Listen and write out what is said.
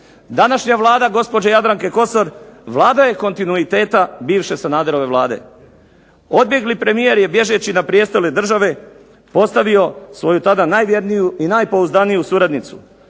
Današnja Vlada gospođe Jadranke Kosor Vlada je kontinuiteta bivše Sanaderove Vlade. Odbjegli premijer je bježeći na prijestolju države ostavio svoju tada najvjerniju i najpouzdaniju suradnicu.